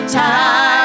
time